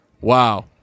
wow